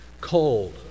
cold